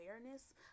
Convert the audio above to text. awareness